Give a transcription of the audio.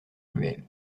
ruelle